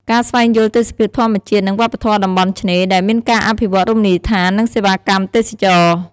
ការស្វែងយល់ទេសភាពធម្មជាតិ និងវប្បធម៌តំបន់ឆ្នេរ ដែលមានការអភិវឌ្ឍន៍រមណីយដ្ឋាន និងសេវាកម្មទេសចរណ៍។